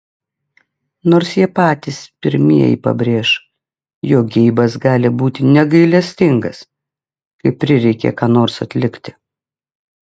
nors jie patys pirmieji pabrėš jog geibas gali būti negailestingas kai prireikia ką nors atlikti